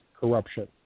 corruption